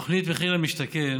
תוכנית מחיר למשתכן,